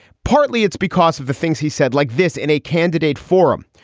partly it's because of the things he said like this in a candidate forum.